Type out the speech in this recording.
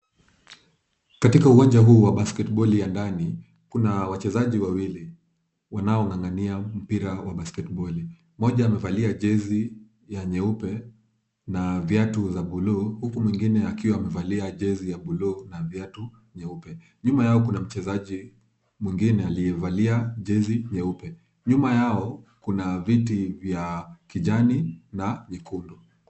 Katika uwanja huu wa basketiboli ya ndani, kuna wachezaji wawili wanaong'ang'ania mpira wa basketiboli, mmoja amevalia jezi ya nyeupe na viatu za buluu, huku mwingine akiwa amevalia jezi ya buluu na viatu nyeupe, nyuma kuna mchezaji mwingine aliyevalia jezi nyeupe, nyuma yao kuna viti vya kijani na nyekundu.